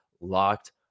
locked